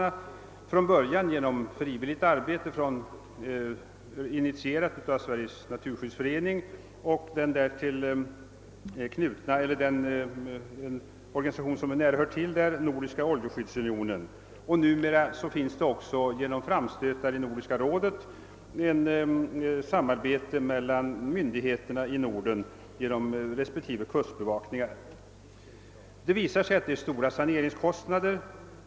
Från början skedde det genom frivilligt arbete, initierat av Sveriges naturskyddsförening och även genom organisationen Nordiska oljeskyddsunionen. Numera förekommer också på grund av framstötar i Nordiska rådet samarbete mellan myndigheterna i Norden genom respektive kustbevakningar. Saneringskostnaderna visar sig vara stora.